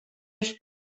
els